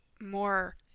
more